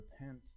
repent